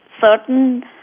certain